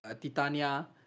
Titania